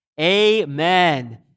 amen